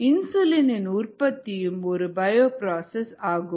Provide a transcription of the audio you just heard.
insulin உற்பத்தியும் ஒரு bioprocess ஆகும்